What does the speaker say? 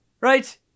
right